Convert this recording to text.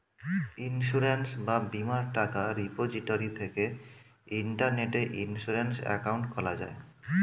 insurance বা বীমার টাকা রিপোজিটরি থেকে ইন্টারনেটে ইন্সুরেন্স অ্যাকাউন্ট খোলা যায়